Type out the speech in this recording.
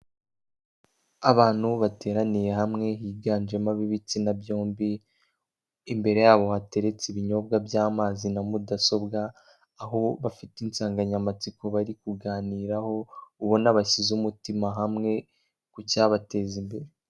Abantu bateraniye hamwe higanjemo ab'ibitsina byombi, imbere yabo hateretse ibinyobwa by'amazi na mudasobwa, aho bafite insanganyamatsiko bari kuganiraho, ubona bashyize umutima hamwe ku cyabateza imbere.